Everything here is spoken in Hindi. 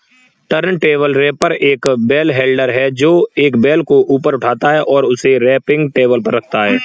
टर्नटेबल रैपर एक बेल हैंडलर है, जो एक बेल को ऊपर उठाता है और उसे रैपिंग टेबल पर रखता है